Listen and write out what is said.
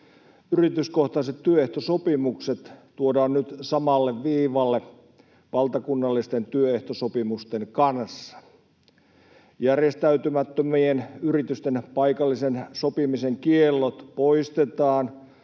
Yrityskohtaiset työehtosopimukset tuodaan nyt samalle viivalle valtakunnallisten työehtosopimusten kanssa. Järjestäytymättömien yritysten paikallisen sopimisen kiellot poistetaan.